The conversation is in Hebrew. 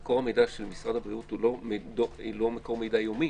מקור המידע של משרד הבריאות הוא לא מקור מידע יומי.